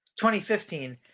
2015